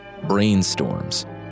brainstorms